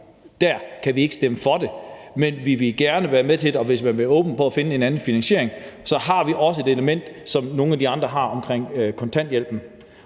her, kan vi ikke stemme for det, men vi ville gerne være med til det, og hvis man vil være åben over for at finde en anden finansiering, så har vi også det element, som nogle af de andre har omkring kontanthjælpen.